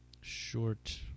short